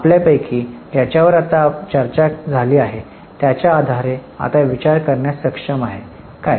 आपल्यापैकी ज्याच्यावर आता चर्चा झाली आहे त्याच्या आधारे आता विचार करण्यास सक्षम आहे काय